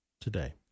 today